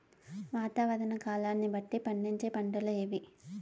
వాతావరణ కాలాన్ని బట్టి పండించే పంటలు ఏవి?